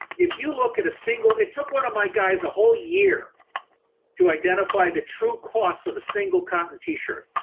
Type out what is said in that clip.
if you look at a single. it took one of my guys a whole year to identify the true cost of a single cotton t-shirt.